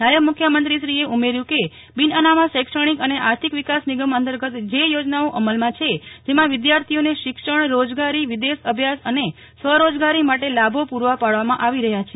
નાયબ મુખ્યમંત્રીશ્રીએ ઉમેર્યું કે બિન અનામત શૈક્ષણિક અને આર્થિક વિકાસ નિગમ અંતર્ગત જે યોજનાઓ અમલમાં છે જેમાં વિદ્યાર્થીઓને શિક્ષણ રોજગારી વિદેશ અભ્યાસ અને સ્વ રોજગારી માટે લાભો પુરા પાડવામાં આવી રહ્યા છે